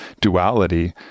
duality